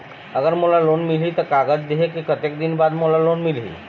अगर मोला लोन मिलही त कागज देहे के कतेक दिन बाद मोला लोन मिलही?